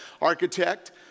architect